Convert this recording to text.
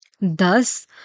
Thus